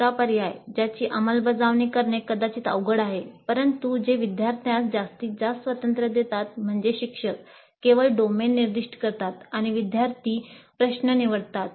तिसरा पर्याय ज्याची अंमलबजावणी करणे कदाचित अवघड आहे परंतु जे विद्यार्थ्यास जास्तीत जास्त स्वातंत्र्य देतात म्हणजे शिक्षक केवळ डोमेन निर्दिष्ट करतात आणि विद्यार्थी समस्या निवडतात